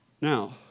Now